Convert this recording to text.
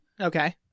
Okay